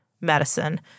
medicine